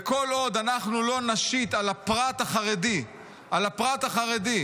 וכל עוד אנחנו לא נשית על הפרט החרדי את החובה,